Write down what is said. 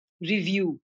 review